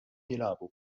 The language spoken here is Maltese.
jilagħbu